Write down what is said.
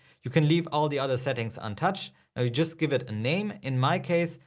you can leave all the other settings untouched and we just give it a name. in my case,